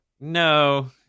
No